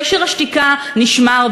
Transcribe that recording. קשר השתיקה נשמר,